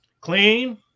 Clean